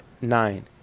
nine